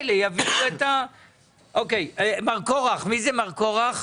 מר קורח.